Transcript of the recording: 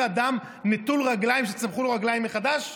אדם נטול רגליים שצמחו לו רגליים מחדש?